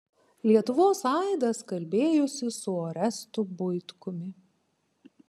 lietuvos aidas kalbėjosi su orestu buitkumi